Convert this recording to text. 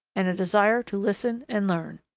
and a desire to listen and learn.